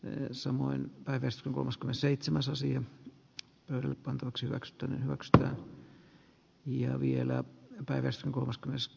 öä samoin väreissä moskova seitsemäs osia tel erittäin järkivihreä esitys ja vielä pörssin kolmas krs